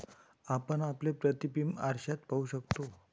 आपण आपले प्रतिबिंब आरशात पाहू शकतो